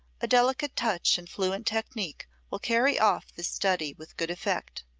a delicate touch and fluent technique will carry off this study with good effect.